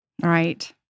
Right